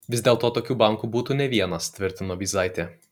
vis dėlto tokių bankų būtų ne vienas tvirtino vyzaitė